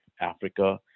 Africa